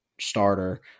starter